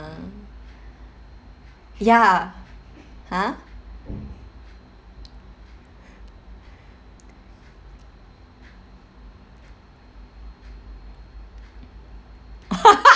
ya !huh!